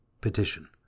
Petition